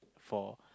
for